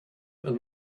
and